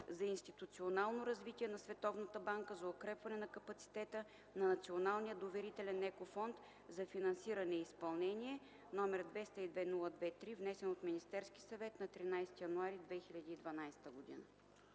за институционално развитие на Световната банка за укрепване на капацитета на Националния доверителен Еко Фонд за финансиране и изпълнение, № 202-02-3, внесен от Министерския съвет на 13 януари 2012 г.”